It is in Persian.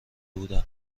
بودم